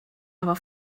aber